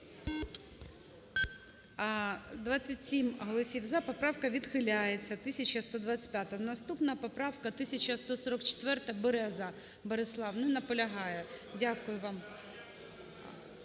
17:45:59 За-27 Поправка відхиляється, 1125-а. Наступна поправка 1144, Береза Борислав. Не наполягає. Дякую вам.